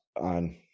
on